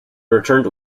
returned